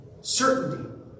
certainty